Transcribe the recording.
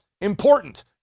Important